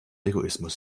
egoismus